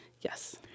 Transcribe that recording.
Yes